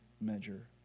measure